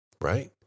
right